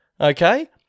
Okay